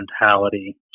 mentality